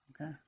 Okay